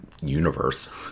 universe